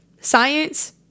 science